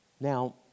Now